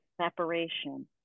separation